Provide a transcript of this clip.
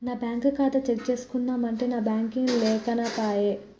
నా బ్యేంకు ఖాతా చెక్ చేస్కుందామంటే నెట్ బాంకింగ్ లేకనేపాయె